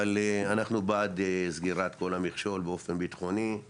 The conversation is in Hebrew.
אבל אנחנו בעד סגירת כל המכשול באופן ביטחוני כי